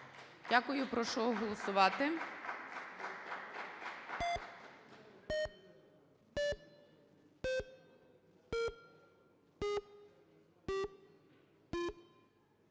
Дякую. Прошу голосувати.